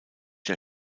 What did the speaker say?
der